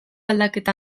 aldaketa